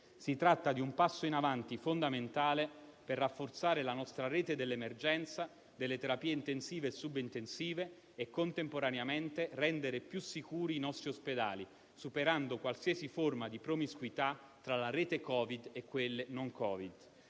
Si tratta di un passo in avanti fondamentale per rafforzare la nostra rete dell'emergenza, delle terapie intensive e sub-intensive e, contemporaneamente, rendere più sicuri i nostri ospedali, superando qualsiasi forma di promiscuità tra la rete Covid e quelle non Covid.